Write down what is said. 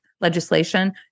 legislation